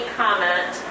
comment